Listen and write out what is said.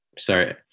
Sorry